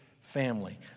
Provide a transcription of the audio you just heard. family